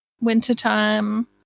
wintertime